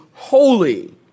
Holy